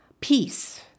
peace